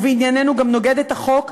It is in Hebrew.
ובענייננו גם נוגד את החוק,